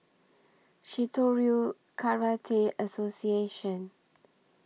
Shitoryu Karate Association